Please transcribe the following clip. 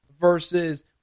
versus